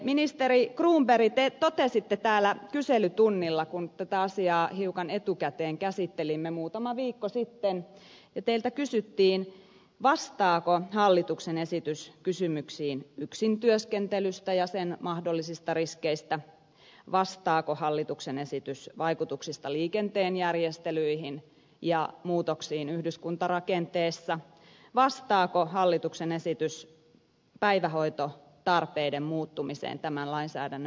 ministeri cronberg tätä asiaa hiukan etukäteen kyselytunnilla käsittelimme muutama viikko sitten ja teiltä kysyttiin vastaako hallituksen esitys kysymyksiin yksintyöskentelystä ja sen mahdollisista riskeistä vastaako hallituksen esitys vaikutuksiin liikenteen järjestelyihin ja muutoksiin yhdyskuntarakenteessa vastaako hallituksen esitys päivähoitotarpeiden muuttumiseen tämän lainsäädännön myötä